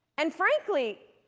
and frankly,